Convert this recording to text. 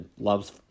loves